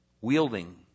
wielding